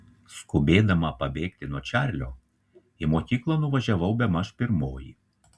skubėdama pabėgti nuo čarlio į mokyklą nuvažiavau bemaž pirmoji